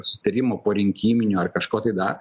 sutarimo porinkiminio ar kažko tai dar